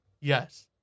yes